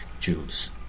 Jews